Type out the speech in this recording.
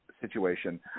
situation